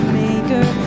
maker